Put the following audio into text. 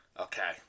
Okay